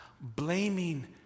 blaming